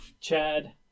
Chad